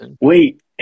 Wait